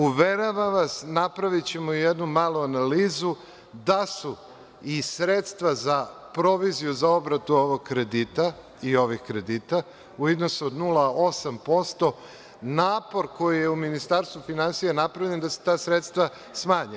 Uveravam vas, napravićemo jednu malu analizu da su i sredstva za proviziju za obradu ovog kredita i ovih kredita u iznosu od 0,8% napor koji je u Ministarstvu finansija napravljen da se ta sredstva smanje.